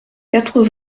quatre